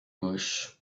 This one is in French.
gauche